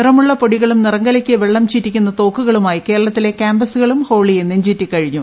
നിറമുള്ള പൊടികളും നിറം കലക്കിയ വെള്ളം ചീറ്റിക്കുന്ന തോക്കുകളുമായി കേരളത്തിലെ കൃാംപസുകളും ഹോളിയെ നെഞ്ചേറ്റിക്കഴിഞ്ഞു